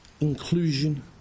inclusion